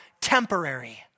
temporary